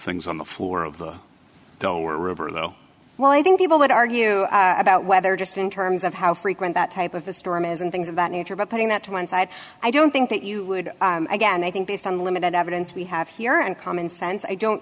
things on the floor of the delaware river though well i think people would argue about whether just in terms of how frequent that type of a storm is and things of that nature but putting that to one side i don't think that you would again i think based on limited evidence we have here and common sense i don't